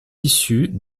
issue